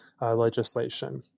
legislation